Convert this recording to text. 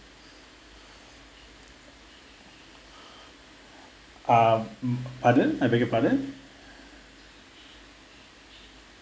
um pardon I beg your pardon